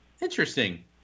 Interesting